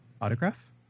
autograph